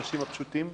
האנשים הפשוטים.